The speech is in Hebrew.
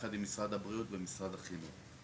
ביחד עם משרד הבריאות ועם משרד החינוך.